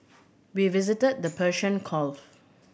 we visited the Persian Gulf